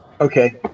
Okay